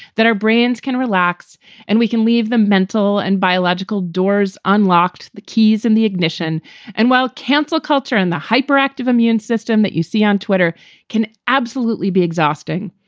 that our brains can relax and we can leave the mental and biological doors unlocked, the keys in the ignition and while cancer culture and the hyperactive immune system that you see on twitter can absolutely be exhausting.